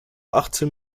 achtzehn